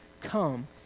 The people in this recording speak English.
come